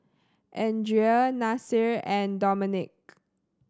Andria Nasir and Dominick